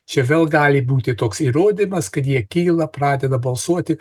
čia vėl gali būti toks įrodymas kad jie kyla pradeda balsuoti